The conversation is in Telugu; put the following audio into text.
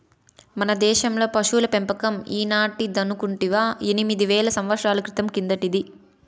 మన దేశంలో పశుల పెంపకం ఈనాటిదనుకుంటివా ఎనిమిది వేల సంవత్సరాల క్రితం కిందటిది